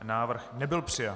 Návrh nebyl přijat.